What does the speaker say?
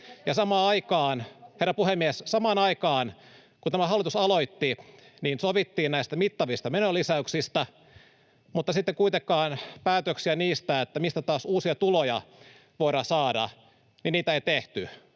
samaan aikaan, kun tämä hallitus aloitti, sovittiin näistä mittavista menolisäyksistä, mutta sitten kuitenkaan päätöksiä siitä, mistä taas uusia tuloja voidaan saada, ei tehty.